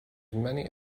many